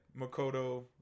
Makoto